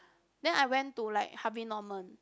then I went to like Harvey Norman